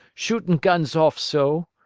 shootin' guns off so.